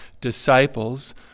disciples